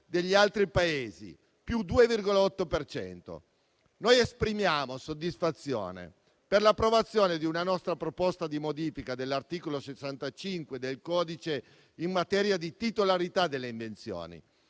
degli altri Paesi: più 2,8 per cento. Esprimiamo soddisfazione per l'approvazione di una nostra proposta di modifica dell'articolo 65 del codice in materia di titolarità delle invenzioni.